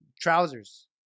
trousers